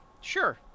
Sure